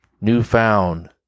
newfound